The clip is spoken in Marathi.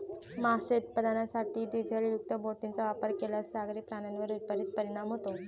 मासे उत्पादनासाठी डिझेलयुक्त बोटींचा वापर केल्यास सागरी प्राण्यांवर विपरीत परिणाम होतो